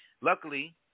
Luckily